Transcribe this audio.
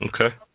Okay